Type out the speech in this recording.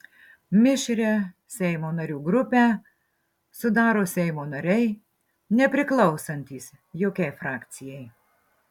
mišrią seimo narių grupę sudaro seimo nariai nepriklausantys jokiai frakcijai